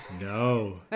no